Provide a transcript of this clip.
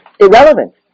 irrelevant